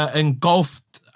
engulfed